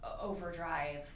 OverDrive